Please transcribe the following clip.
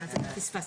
בשעה